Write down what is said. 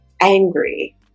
angry